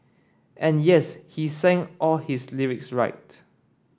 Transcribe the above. and yes he sang all his lyrics right